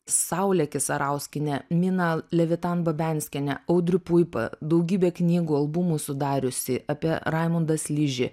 saulę kisarauskienę miną levitan babenskienę audrių puipą daugybę knygų albumų sudariusi apie raimundą sližį